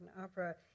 Opera